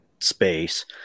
space